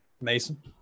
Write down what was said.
Mason